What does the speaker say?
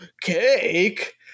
cake